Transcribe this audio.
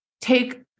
take